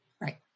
Right